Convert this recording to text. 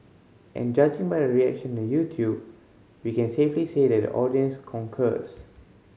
and judging by the reaction YouTube we can safely say that the audience concurs